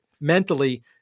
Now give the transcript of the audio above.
mentally